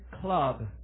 club